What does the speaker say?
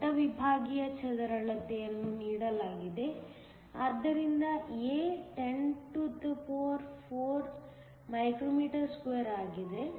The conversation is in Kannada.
ಅಡ್ಡ ವಿಭಾಗೀಯ ಚದರಳತೆ ಯನ್ನು ನೀಡಲಾಗಿದೆ ಆದ್ದರಿಂದ A 104 μm2 ಆಗಿದೆ